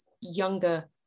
younger